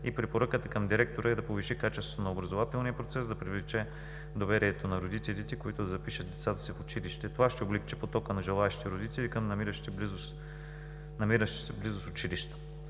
и препоръката към директора е да повиши качеството на образователния процес, да привлече доверието на родителите, които да запишат децата си в училище. Това ще облекчи потока на желаещите родители към намиращите се в близост училища.